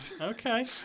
okay